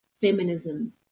feminism